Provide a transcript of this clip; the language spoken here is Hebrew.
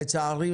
לצערי,